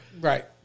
Right